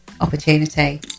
opportunity